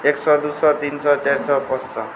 एक सए दू सए तीन सए चारि सए पाॅंच सए